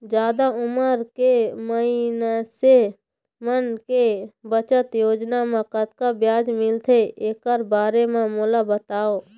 जादा उमर के मइनसे मन के बचत योजना म कतक ब्याज मिलथे एकर बारे म मोला बताव?